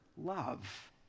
love